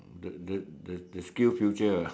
the the the the skill future